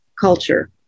culture